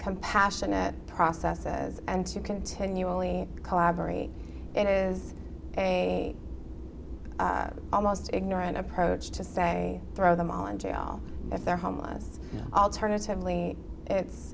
compassionate process says and to continually collaborate it is almost ignorant approach to say throw them all in jail if they're homeless alternatively it's